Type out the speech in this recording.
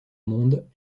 monde